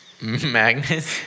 Magnus